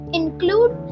include